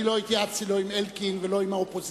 אני לא התייעצתי לא עם אלקין ולא עם האופוזיציה,